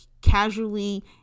casually